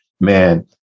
man